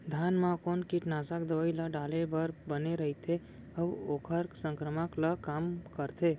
धान म कोन कीटनाशक दवई ल डाले बर बने रइथे, अऊ ओखर संक्रमण ल कम करथें?